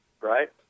right